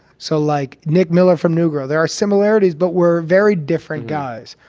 so like nick miller from newborough, there are similarities, but we're very different guys.